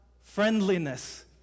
friendliness